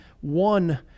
one